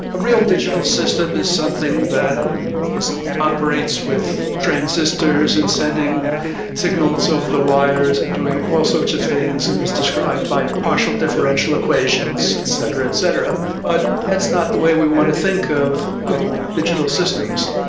a real digital system is something that you know operates with transistors and sending signals over the wires and doing all sorts of things and is described by partial differential equations, etc, etc. but that's not the way we want to think of our digital systems.